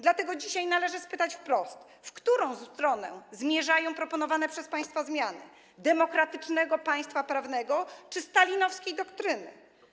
Dlatego dzisiaj należy spytać wprost: W którą stronę zmierzają proponowane przez państwa zmiany - demokratycznego państwa prawnego czy stalinowskiej doktryny?